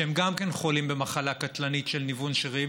שהם גם כן חולים במחלה קטלנית של ניוון שרירים.